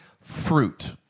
fruit